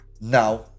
Now